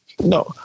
No